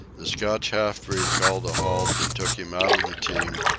the scotch half-breed called a halt and took him out of the team,